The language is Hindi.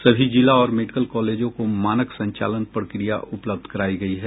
सभी जिला और मेडिकल कॉलेजों को मानक संचालन प्रक्रिया उपलब्ध कराई गई है